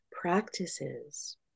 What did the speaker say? practices